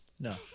No